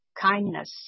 kindness